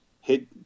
hit